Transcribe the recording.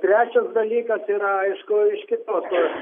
trečias dalykas yra aišku iš kitos